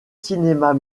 cinémas